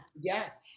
Yes